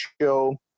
show